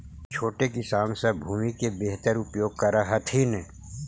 छोटे किसान सब भूमि के बेहतर उपयोग कर हथिन